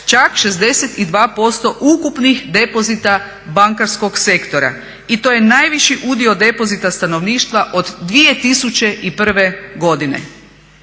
čak 62% ukupnih depozita bankarskog sektora. I to je najviši udio depozita stanovništva od 2001. godine,